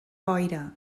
boira